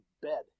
bed